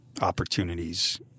opportunities